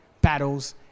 battles